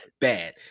bad